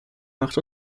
macht